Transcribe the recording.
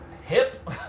hip